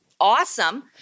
awesome